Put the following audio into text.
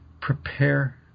prepare